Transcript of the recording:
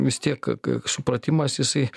vis tiek supratimas jisai